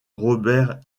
robert